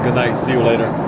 good night. see you later.